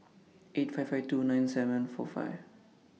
eight five five two nine seven four five